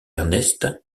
ernest